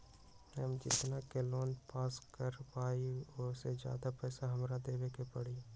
हम जितना के लोन पास कर बाबई ओ से ज्यादा पैसा हमरा देवे के पड़तई?